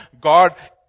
God